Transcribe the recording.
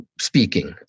speaking